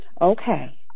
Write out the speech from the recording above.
Okay